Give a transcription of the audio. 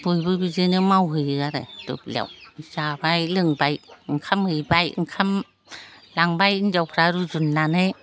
बयबो बिदिनो मावहैयो आरो दुब्लियाव जाबाय लोंबाय ओंखाम हैबाय ओंखाम लांबाय हिनजावफ्रा रुजुननानै